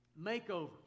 makeovers